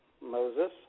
Moses